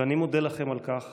ואני מודה לכם על כך